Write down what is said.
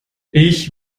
ich